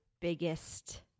biggest